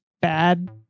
bad